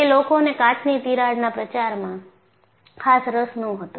તે લોકો ને કાચની તિરાડના પ્રચારમાં ખાસ રસ હતો